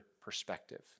perspective